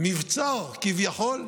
מבצר, כביכול,